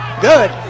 good